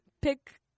pick